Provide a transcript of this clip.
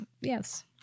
Yes